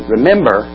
Remember